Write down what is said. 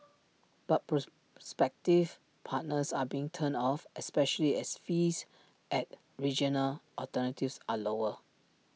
but prospective partners are being turned off especially as fees at regional alternatives are lower